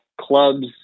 clubs